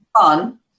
fun